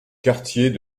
quartier